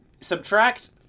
subtract